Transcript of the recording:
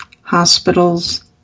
hospitals